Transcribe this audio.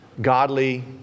godly